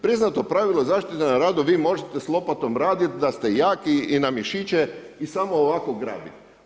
Priznato pravilo zaštite na radu, vi možete s lopatom radit da ste jaki i na mišiće i samo ovako grabit.